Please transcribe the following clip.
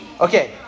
Okay